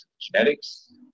genetics